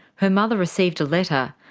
her mother received a letter,